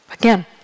Again